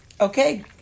Okay